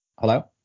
Hello